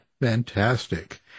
Fantastic